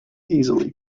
easily